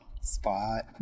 Spot